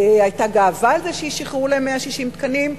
היתה גאווה על זה ששחררו להם 160 תקנים,